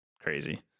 crazy